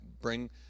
bring